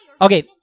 Okay